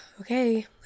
okay